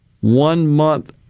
one-month